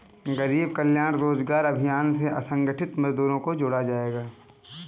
गरीब कल्याण रोजगार अभियान से असंगठित मजदूरों को जोड़ा जायेगा